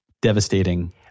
devastating